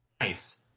nice